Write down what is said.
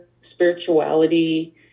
spirituality